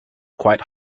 quite